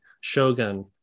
shogun